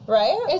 right